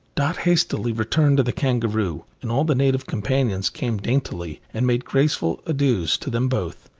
dot hastily returned to the kangaroo, and all the native companions came daintily, and made graceful adieus to them both.